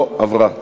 לא עברה.